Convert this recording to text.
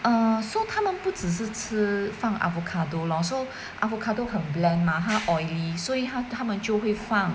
err so 他们不只是吃放 avocado lor so avocado 很 bland mah 它 oily 所以他们就会放